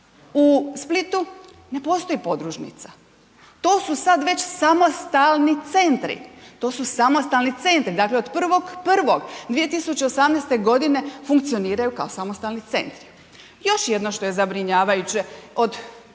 U Splitu ne postoji podružnica, to su sad već samostalni centri, to su samostalni centri, dakle od 1.1.2018. funkcioniraju kao samostalni centri. Još jedno što je zabrinjavajuće, od